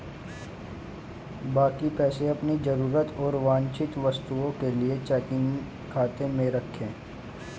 बाकी पैसे अपनी जरूरत और वांछित वस्तुओं के लिए चेकिंग खाते में रखें